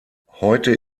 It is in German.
heute